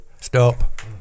stop